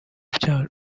byaro